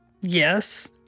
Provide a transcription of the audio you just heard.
Yes